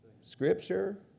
scripture